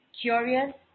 curious